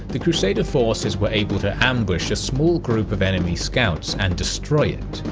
the crusader forces were able to ambush a small group of enemy scouts and destroy it,